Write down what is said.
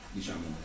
diciamo